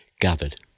gathered